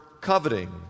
coveting